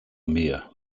mir